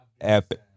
epic